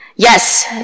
Yes